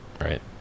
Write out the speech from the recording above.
right